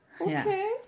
Okay